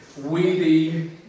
weedy